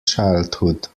childhood